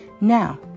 Now